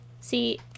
See